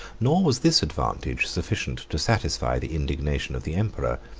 nor was this advantage sufficient to satisfy the indignation of the emperor.